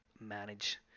manage